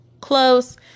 close